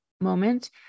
moment